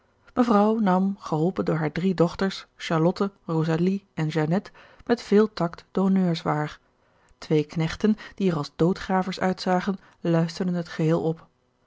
mevrouw nam geholpen door hare drie dochters charlotte rosalie en jeannette met veel tact de honneurs waar twee knechten die er als doodgravers uitzagen luisterden het geheel op